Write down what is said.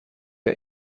der